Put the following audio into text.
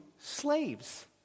slaves